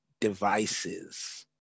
devices